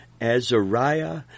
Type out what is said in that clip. Azariah